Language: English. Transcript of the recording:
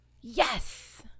yes